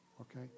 okay